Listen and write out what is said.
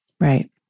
right